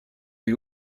des